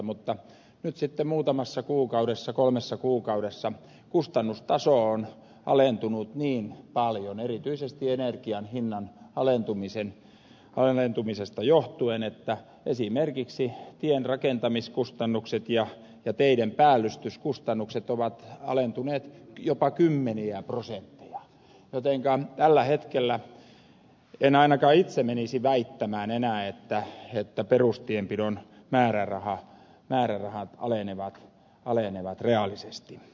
mutta nyt sitten muutamassa kuukaudessa kolmessa kuukaudessa kustannustaso on alentunut niin paljon erityisesti energian hinnan alentumisesta johtuen että esimerkiksi tien rakentamiskustannukset ja teiden päällystyskustannukset ovat alentuneet jopa kymmeniä prosentteja jotenka tällä hetkellä en ainakaan itse menisi väittämään enää että perustienpidon määrärahat alenevat reaalisesti